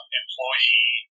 employee